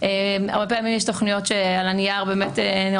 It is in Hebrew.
הרבה פעמים יש תכניות על הנייר שהן לא